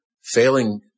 failing